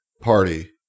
party